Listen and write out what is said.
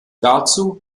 dazu